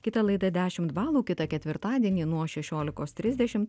kita laida dešimt balų kitą ketvirtadienį nuo šešiolikos trisdešimt